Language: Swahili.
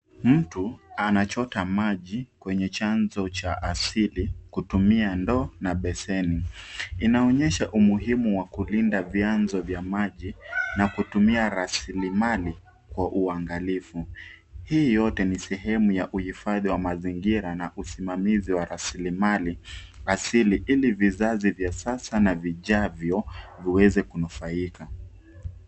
Mtu anachota maji kwenye chanzo cha asili kutumia ndoo na beseni. Inaonyesha umuhimu wa kulinda vyanzo vya maji nakutumia rasili mali kwa uangalifu. Hii yote ni sehemu ya uhifadhi wa mazingira na usimamizi wa rasili mali asili ili vizazi vya sasa na vijavyo viweze kunufaika.